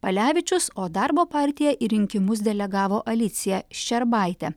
palevičius o darbo partija į rinkimus delegavo aliciją ščerbaitę